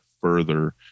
further